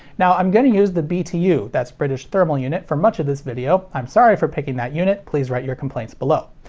now, i'm going to use the btu, that's british thermal unit, for much of this video i'm sorry for picking that unit, please write your complaints below.